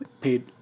paid